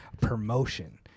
promotion